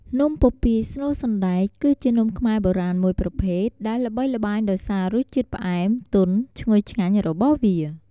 នំពពាយស្នូលសណ្តែក គឺជានំខ្មែរបុរាណមួយប្រភេទដែលល្បីល្បាញដោយសាររសជាតិផ្អែម ទន់ ឈ្ងុយឆ្ងាញ់ របស់វា។